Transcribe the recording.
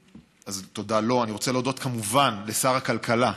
אז תודה לו, אני רוצה להודות, כמובן, לשר הכלכלה,